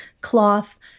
cloth